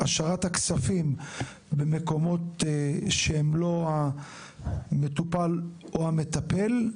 השארת הכספים במקומות שאינם אצל המטופל או המטפל,